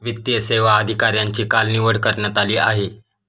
वित्तीय सेवा अधिकाऱ्यांची काल निवड करण्यात आली आहे